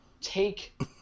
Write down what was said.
Take